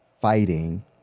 fighting